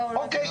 אוקי,